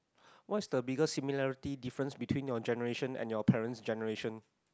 what's the biggest similarity difference between your generation and your parents' generation